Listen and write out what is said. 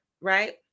right